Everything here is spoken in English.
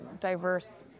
diverse